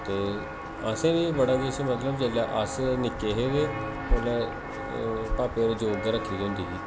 ते असें बी बड़ा किश मतलब जिसलै अस निक्के हे ते ओल्लै पापा होरें जोग ते रक्खी दी होंदी ही